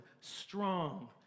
strong